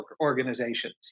organizations